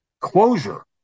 closure